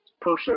person